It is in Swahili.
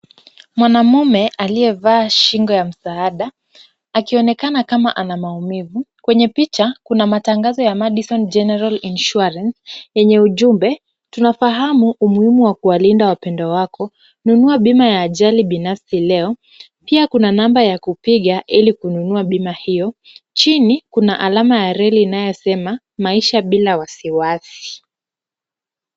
Mwanamume aliyevaa shingo ya msaada akionekana kama ana maumivu. Kwenye picha kuna matangazo ya Madison General Insurance yenye ujumbe; Tunafahamu umuhimu wa kuwalinda wapendwa wako, nunua bima ya ajali ya binafsi leo. Pia kuna namba ya kupiga ili kununua bima hiyo. Chini kuna alama ya reli inayosema; Maisha bila wasiwasi.